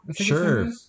Sure